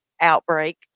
outbreak